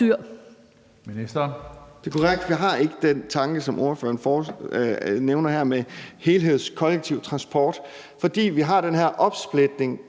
Det er korrekt, at jeg ikke har den tanke, som spørgeren nævner her, med en helhedsorienteret kollektiv transport, fordi vi har den her opsplitning